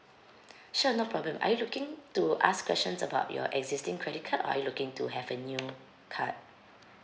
sure no problem are you looking to ask questions about your existing credit card or are you looking to have a new card